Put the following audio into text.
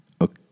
Okay